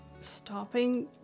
stopping